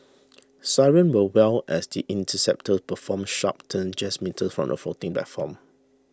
sirens will wail as the interceptors perform sharp turns just metres from the floating platform